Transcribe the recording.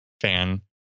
fan